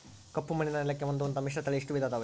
ಕಪ್ಪುಮಣ್ಣಿನ ನೆಲಕ್ಕೆ ಹೊಂದುವಂಥ ಮಿಶ್ರತಳಿ ಎಷ್ಟು ವಿಧ ಅದವರಿ?